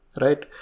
right